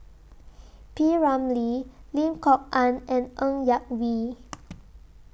P Ramlee Lim Kok Ann and Ng Yak Whee